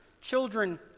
children